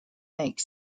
make